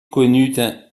connut